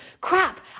crap